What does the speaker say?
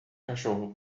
cachorro